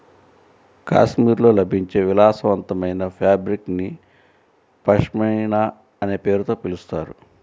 కాశ్మీర్లో లభించే విలాసవంతమైన ఫాబ్రిక్ ని పష్మినా అనే పేరుతో పిలుస్తారు